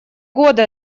годы